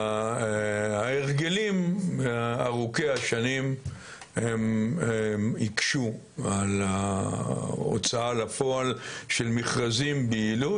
וההרגלים ארוכי השנים הם הקשו על ההוצאה לפועל של מכרזים ביעילות,